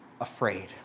afraid